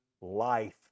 life